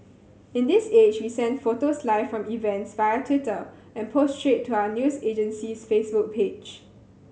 in this age we send photos live from events via Twitter and post straight to our news agency's Facebook page